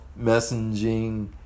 messaging